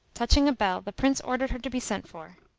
touching a bell, the prince ordered her to be sent for.